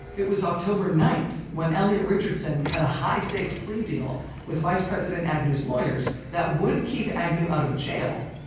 it was october ninth when elliot richardson cut a high-stakes plea deal with vice president agnew's lawyers that would would keep agnew out of jail,